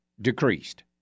decreased